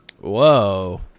Whoa